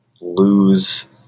lose